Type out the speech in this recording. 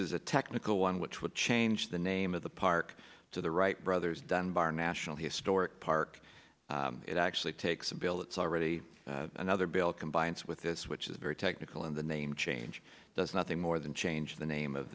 is a technical one which would change the name of the park to the wright brothers dunbar national historic park it actually takes a bill that's already another bill combines with this which is very technical in the name change does nothing more than change the name of